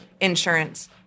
insurance